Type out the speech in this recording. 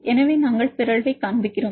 எனவே நாங்கள் பிறழ்வைக் காண்பிக்கிறோம்